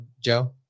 Joe